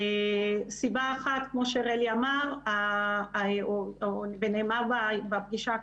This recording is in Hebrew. סיבה אחת, כמו שרלי אמר ונאמר בפגישה הקודמת,